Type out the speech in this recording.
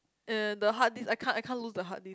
and the hard disk I can't I can't lose the hard disk